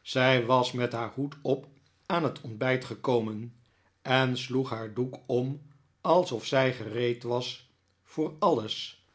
zij was met haar hoed op aan het ontbijt gekomen en sloeg haar doek om alsof zij gereed was voor alles